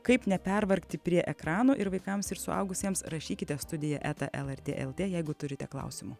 kaip nepervargti prie ekranų ir vaikams ir suaugusiems rašykite studija eta lrt lt jeigu turite klausimų